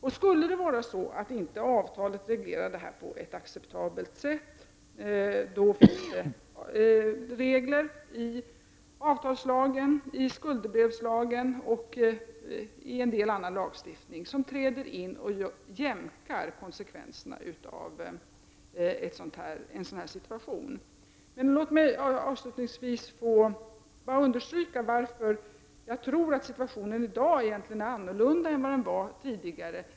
Om avtalet inte reglerar detta på ett acceptabelt sätt, finns det regler i avtalslagen, skuldebrevslagen och i en del andra lagar som träder in och jämkar konsekvensen av en sådan situation. Låt mig avslutningsvis understryka varför jag tror att situationen i dag egentligen är annorlunda än den var tidigare.